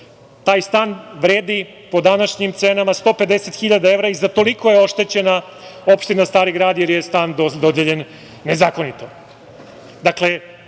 Taj stan vredi po današnjim cenama 150 hiljada evra i za toliko je oštećena opština Stari Grad jer je stan dodeljen nezakonito.